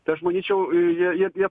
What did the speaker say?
tai aš manyčiau jie jie jie